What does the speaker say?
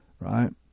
right